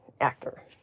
actor